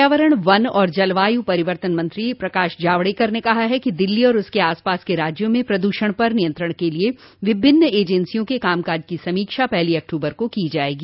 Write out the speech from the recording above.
पर्यावरण वन और जलवायू परिवर्तन मंत्री प्रकाश जावडेकर ने कहा है कि दिल्ली और उसके आसपास के राज्यों में प्रदषण पर नियंत्रण के लिए विभिन्न एजेंसियों के कामकाज की समीक्षा पहली अक्तूबर को की जाएगी